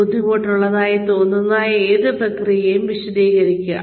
ബുദ്ധിമുട്ടുള്ളതായി തോന്നിയേക്കാവുന്ന ഏത് പ്രക്രിയയും വിശദീകരിക്കുക